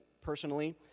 personally